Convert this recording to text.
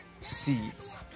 seeds